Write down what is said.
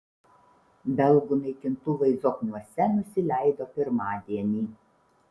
belgų naikintuvai zokniuose nusileido pirmadienį